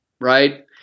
right